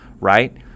right